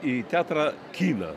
į teatrą kiną